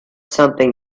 something